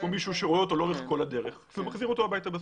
יש כאן מישהו שרואה אותו לאורך כל הדרך ומחזיר אותו הביתה.